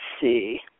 see